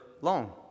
long